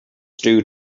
stew